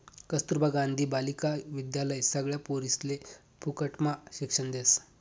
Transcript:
कस्तूरबा गांधी बालिका विद्यालय सगळ्या पोरिसले फुकटम्हा शिक्षण देस